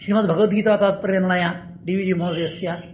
श्रीमद्भगवद्गीतातात्पर्निर्णय D V G महोदयस्य